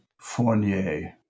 Fournier